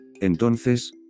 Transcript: Entonces